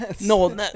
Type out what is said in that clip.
No